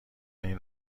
این